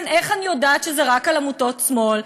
כן, איך אני יודעת שזה רק על עמותות שמאל?